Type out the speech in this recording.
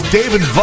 David